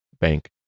bank